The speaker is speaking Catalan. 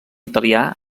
italià